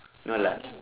no lah